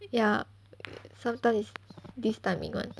ya sometimes is this timing [one]